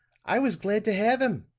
i was glad to have him.